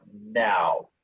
now